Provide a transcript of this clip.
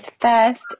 first